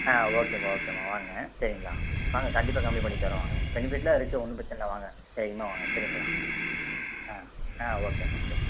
ஆ ஓகேமா ஓகேமா வாங்க சரிங்களா வாங்க கண்டிப்பாக கம்மி பண்ணித்தரோம் வாங்க பெனிஃபிடெலாம் இருக்குது ஒன்றும் பிரச்சினல்ல வாங்க தைரியமாக வாங்க சரிங்களா ஆ ஆ ஓகேமா ஓகேமா